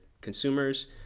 consumers